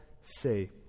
say